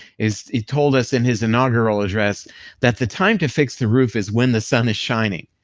is he told us in his inaugural address that the time to fix the roof is when the sun is shining.